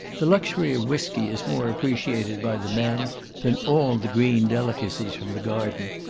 the luxury of whiskey is more appreciated by the men than all the green delicacies from the garden,